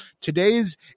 Today's